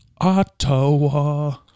Ottawa